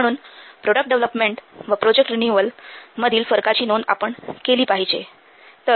म्हणून product development व project renewal मधील फरकाची नोंद आपण केली पाहिजे